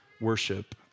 worship